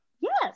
Yes